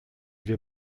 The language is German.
wir